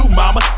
mama